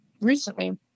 recently